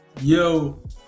yo